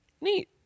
Neat